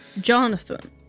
Jonathan